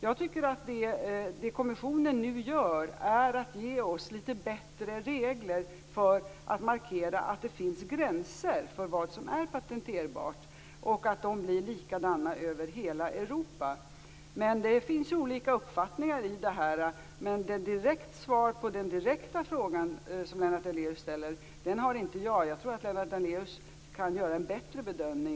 Vad kommissionen nu gör är att ge oss litet bättre regler för att markera att det finns gränser för vad som är patenterbart och att de blir likadana över hela Europa. Det finns olika uppfattningar i frågan. Ett direkt svar på den direkta frågan från Lennart Daléus har inte jag. Jag tror att Lennart Daléus kan göra en bättre bedömning.